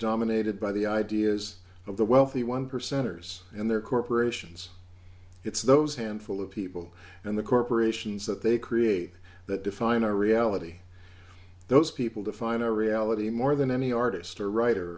dominated by the ideas of the wealthy one percenters and their corporations it's those handful of people and the corporations that they create that define our reality those people define a reality more than any artist or writer for